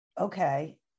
okay